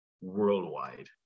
worldwide